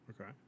Okay